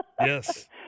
Yes